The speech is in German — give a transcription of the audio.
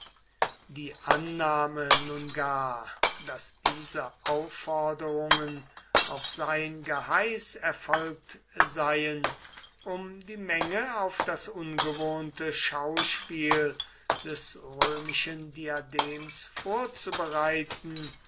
die annahme nun gar daß diese aufforderungen auf sein geheiß erfolgt seien um die menge auf das ungewohnte schauspiel des römischen diadems vorzubereiten